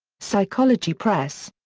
psychology press.